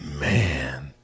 man